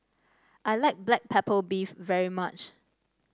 I like Black Pepper Beef very much